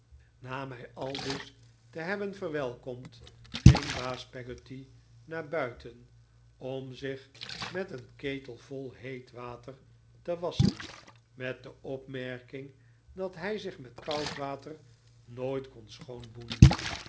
na mij aldus te hebben verwelkomd ging baas peggotty naar buiten om zich met een ketel vol heet water te wasschen met de opmerking dat hij zich met koud water nooit kon schoon boenen